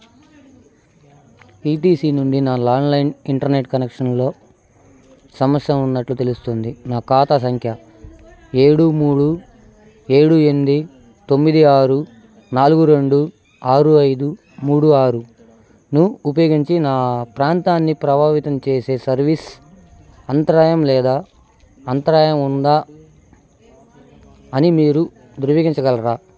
ETC నుండి నా landline internet కనెక్షన్లో సమస్య ఉన్నట్లు తెలుస్తోంది నా ఖాతా సంఖ్య ఏడు మూడు ఏడు ఎనిమిది తొమ్మిది ఆరు నాలుగు రెండు ఆరు ఐదు మూడు ఆరు ను ఉపయోగించి నా ప్రాంతాన్ని ప్రభావితం చేసే సర్వీస్ అంతరాయం లేదా అంతరాయం ఉందా అని మీరు ధృవీకరించగలరా